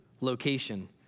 location